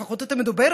לפחות את המדוברת,